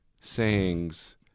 sayings